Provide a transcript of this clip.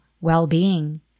well-being